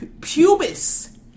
pubis